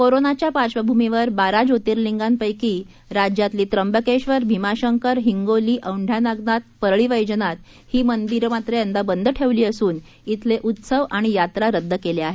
कोरोनाच्या पार्श्वभूमीवर बारा ज्योतर्लिंगांपैकी राज्यातली त्र्यंबकेश्वर भीमाशंकर हिंगोली औंढा नागनाथ परळी वैजनाथ ही मंदिरं मात्र यंदा बंद ठेवली असून शिले उत्सव आणि यात्रा रद्द केल्या आहेत